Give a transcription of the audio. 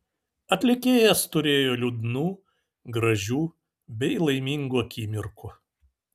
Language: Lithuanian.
atlikėjas turėjo liūdnų gražių bei laimingų akimirkų